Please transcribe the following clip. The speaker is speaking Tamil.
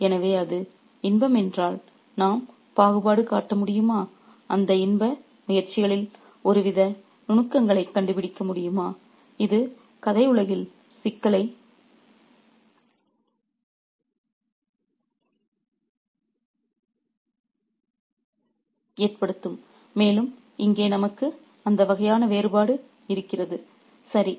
எனவே அது இன்பம் என்றால் நாம் பாகுபாடு காட்ட முடியுமா அந்த இன்ப முயற்சிகளில் ஒருவித நுணுக்கங்களைக் கண்டுபிடிக்க முடியுமா இது கதை உலகில் சிக்கலை ஏற்படுத்தும் மேலும் இங்கே நமக்கு அந்த வகையான வேறுபாடு இருக்கிறது சரி